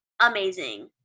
Amazing